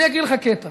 אני אקריא לך קטע